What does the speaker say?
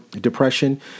depression